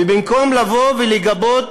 ובמקום לגבות